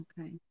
Okay